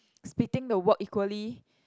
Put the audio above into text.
splitting the work equally